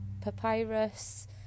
Papyrus